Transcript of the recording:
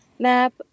map